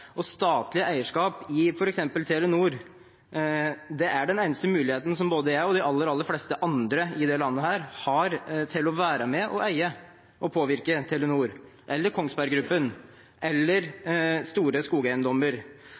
Og statlig eierskap i f.eks. Telenor er den eneste muligheten både jeg og de aller fleste andre i dette landet her har til å være med og eie og påvirke Telenor eller Kongsberg Gruppen eller store skogeiendommer.